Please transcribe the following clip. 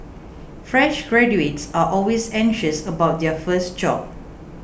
fresh graduates are always anxious about their first job